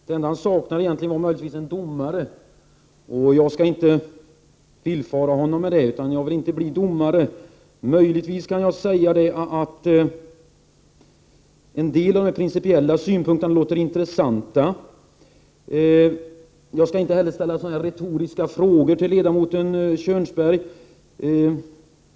Herr talman! Till ledamoten Kjörnsberg vill jag säga att det enda han egentligen saknade var möjligtvis en domare. Jag skall inte villfara honom på den punkten — jag vill inte bli domare. Möjligtvis kan jag säga att en del av de principiella synpunkter han framförde låter intressanta. Men jag skall inte ställa några retoriska frågor till ledamoten Kjörnsberg.